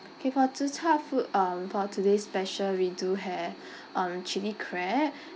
K for zi char food um for today's special we do have um chilli crab